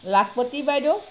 লাখপতি বাইদেউ